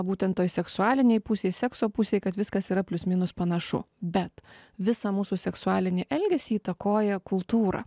būtent toj seksualinėj pusėj sekso pusėj kad viskas yra plius minus panašu bet visą mūsų seksualinį elgesį įtakoja kultūra